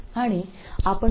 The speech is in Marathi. आणि आपण फक्त 5